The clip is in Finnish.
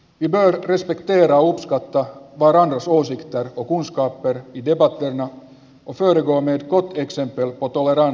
ymmärrys ja uskottava varallisuus ei tartu kunskaper piti otteena on sorvanneet kotinsa kutuaikaan